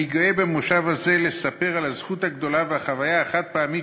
אני גאה במושב הזה לספר על הזכות הגדולה והחוויה החד-פעמית